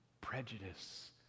prejudice